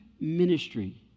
ministry